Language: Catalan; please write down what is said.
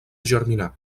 germinar